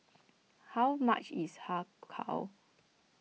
how much is Har Kow